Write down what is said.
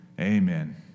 Amen